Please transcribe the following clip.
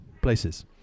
places